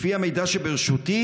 לפי המידע שברשותי,